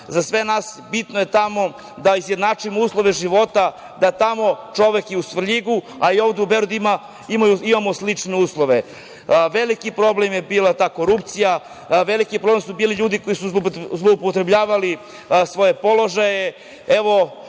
za sve nas bitno je tamo da izjednačimo uslove života, da tamo čovek i u Svrljigu, a i ovde u Beogradu imamo slične uslove. Veliki problem je bila ta korupcija, velik problem su bili ljudi koji su zloupotrebljavali svoje položaje.